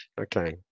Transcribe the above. Okay